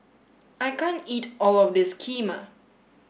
I can't eat all of this Kheema